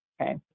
okay